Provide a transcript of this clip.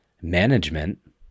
management